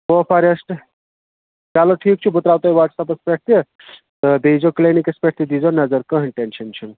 کوفارٮ۪سٹ چلو ٹھیٖک چھُ بہٕ ترٛاو تۄہہِ وَٹسپَس پٮ۪ٹھ تہِ تہٕ بیٚیہِ ییٖزیو کِلنِکَس پٮ۪ٹھ تہِ دیٖزیو نظر کٕہۭنۍ ٹٮ۪نشَن چھُنہٕ